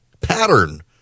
pattern